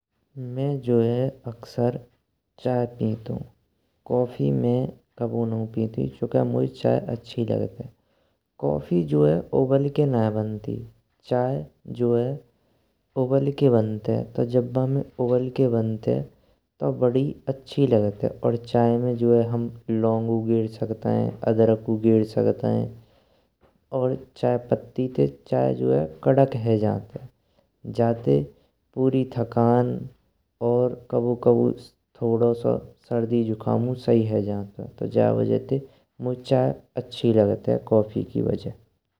म्ये जो है अलसर चाहिए पेंटू कॉफ़ी में कबऊ नाऊ पेंटू चुन्के चाहिए मोये अच्छी लागतिये। कॉफ़ी जो है उबाल के नाईये बंती चाहिए जो हसी उबाल के बंताइये। जब बमे उबाल केइन बंताइये तो बड़ी अच्छी लगतये और चाहिए में जो है, हम लोङ्गऊ गैअर सकन्तेइन अदरकऊ गैअर सकतेइन और चाहिए पत्ती ते चाहिए जो है कड़क है जयन्थ्ये। जाते पूरी थकान और कबऊ कबऊ थोड़ो सो सर्दी झुखमऊ सही है जान्तुये तो जऊ वजह ते मोये चाय अच्छी लगतेये कॉफ़ी की वजह।